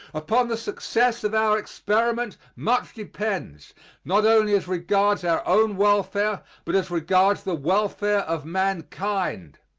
upon the success of our experiment much depends not only as regards our own welfare, but as regards the welfare of mankind.